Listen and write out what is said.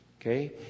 Okay